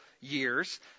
years